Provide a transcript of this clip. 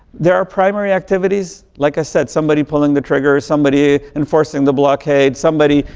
there are primary activities, like i said, somebody pulling the trigger, somebody enforcing the blockade, somebody,